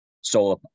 solar